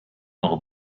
are